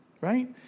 Right